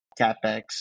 capex